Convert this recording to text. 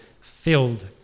filled